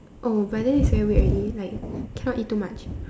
oh but then it's very weird already like cannot eat too much